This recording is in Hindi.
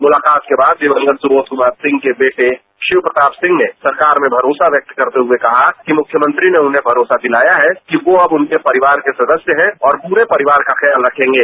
मुलाकात के बाद दिवंगत सुबोध कुमार सिंह के बेटे शिव प्रताप सिंह ने सरकार में भरोसा व्यक्त करते हुए कहा कि मृख्यमंत्री ने उन्हें भरोसा दिलाया है कि वो अब उनके परिवार के सदस्य हैं और पूरे परिवार का ख्याल रखेंगे